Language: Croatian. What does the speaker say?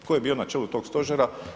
Tko je bio na čelu tog Stožera?